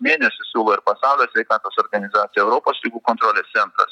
mėnesių siūlo ir pasaulio sveikatos organizacija europos ligų kontrolės centras